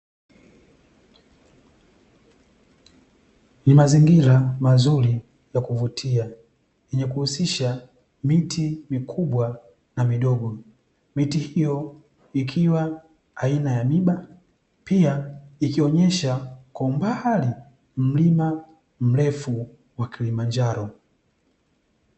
Ni mazingira mazuri ya kuvutia yenye kuhusisha miti mikubwa na midogo, miti hiyo ikiwa aina ya mimba, pia ikionesha kwa umbali mlima mrefu wa Kilimanjaro.